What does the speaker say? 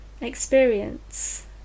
experience